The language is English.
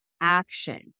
action